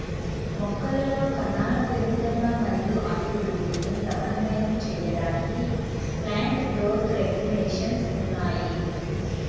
మొక్కలలో కణాల పెరుగుదల మరియు అభివృద్ధిని సమన్వయం చేయడానికి ప్లాంట్ గ్రోత్ రెగ్యులేషన్స్ ఉన్నాయి